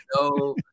no